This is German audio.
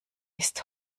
ist